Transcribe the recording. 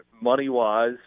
money-wise